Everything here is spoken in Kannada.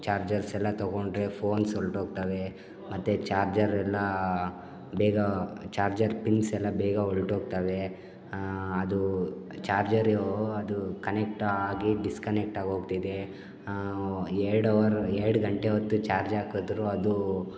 ಚಾರ್ಜರ್ಸ್ ಎಲ್ಲ ತಗೊಂಡರೆ ಫೋನ್ಸ್ ಹೊರ್ಟೋಗ್ತವೆ ಮತ್ತು ಚಾರ್ಜರೆಲ್ಲಾ ಬೇಗ ಚಾರ್ಜರ್ ಪಿನ್ಸ್ ಎಲ್ಲ ಬೇಗ ಹೊರ್ಟೋಗ್ತವೆ ಅದು ಚಾರ್ಜರೂ ಅದು ಕನೆಕ್ಟು ಆಗಿ ಡಿಸ್ಕನೆಕ್ಟಾಗಿ ಹೋಗ್ತಿದೆ ಎರಡು ಅವರ್ ಎರಡು ಗಂಟೆ ಹೊತ್ತು ಚಾರ್ಜ್ ಹಾಕದ್ರು ಅದೂ